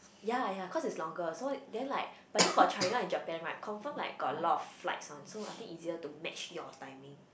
ya ya cause is longer so then like but then for China and Japan right confirm like got a lot of flights one so I think easier to match your timing